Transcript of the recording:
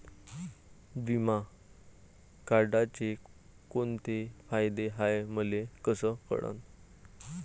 बिमा काढाचे कोंते फायदे हाय मले कस कळन?